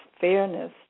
fairness